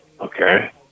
Okay